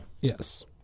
Yes